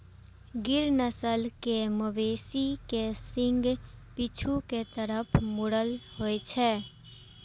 गिर नस्ल के मवेशी के सींग पीछू के तरफ मुड़ल होइ छै